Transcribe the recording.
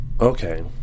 Okay